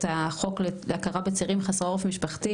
החוק להכרה בצעירים חסרי עורף משפחתי.